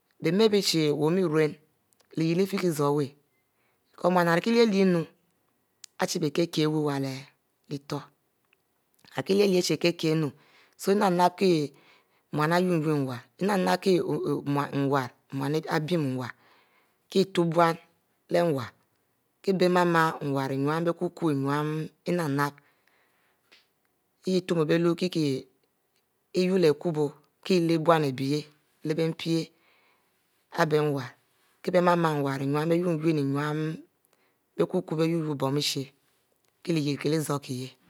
Bie me ari bie chi wu om rumi iyich ifie zoro wu becou mu iyah rie kie lie-lie nu ari chie kie wu iwu lieh hour, emi kie lie-lie ari chie kie mu mu unun nwarri inpip-nap kie nou ibinn nwarr kie utub bon leh nwarr kie bie mama nwarr innu inap-nap yah itume bie iue kieh kieh ileh bon ari bie yah abie nwarri mama nwarr innu kie bie binne nwarr bie biekwu ko kie iyieh kie zoro kie iyieh